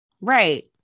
right